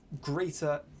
greater